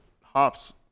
hops